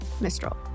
Mistral